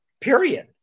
Period